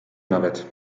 nawet